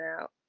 out